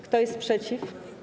Kto jest przeciw?